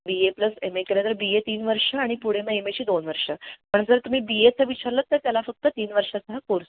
B A plus M A केलं तर B A तीन वर्ष आणि पुढे मग एम एची दोन वर्ष पण जर तुम्ही बी एचं विचारलं तर त्याला फक्त तीन वर्षाचा हा कोर्स